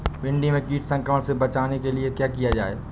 भिंडी में कीट संक्रमण से बचाने के लिए क्या किया जाए?